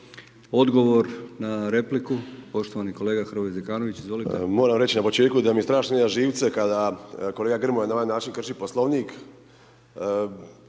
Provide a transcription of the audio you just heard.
Odgovor na repliku poštovani kolega Hrvoje Zekanović. Izvolite. **Zekanović, Hrvoje (HRAST)** Moram reći na početku da mi strašno ide na živce kada kolega Grmoja na ovaj način krši Poslovnik.